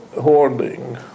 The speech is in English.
hoarding